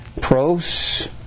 Pros